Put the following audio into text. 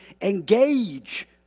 engage